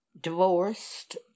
divorced